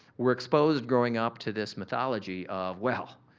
were exposed growing up to this mythology of well,